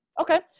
Okay